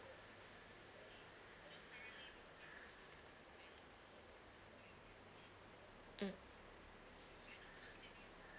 mm